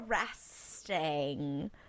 interesting